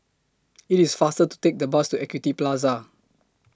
IT IS faster to Take The Bus to Equity Plaza